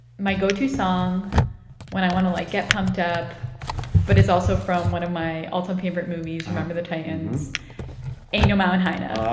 my go-to song when i want to, like, get pumped up but it's also from one of my all-time-favorite movies, remember the titans ain't no mountain high enough.